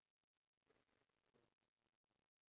!aiyoyo!